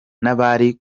n’abari